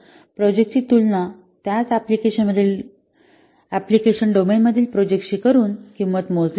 तर प्रोजेक्टची तुलना त्याच अँप्लिकेशन डोमेनमधील प्रोजेक्टाशी करून किंमत मोजली जाते